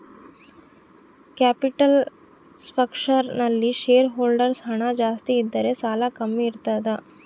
capital structure ನಲ್ಲಿ shareholders ಹಣ ಜಾಸ್ತಿ ಇದ್ದರೆ ಸಾಲ ಕಮ್ಮಿ ಇರ್ತದ